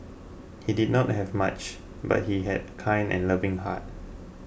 he did not have much but he had a kind and loving heart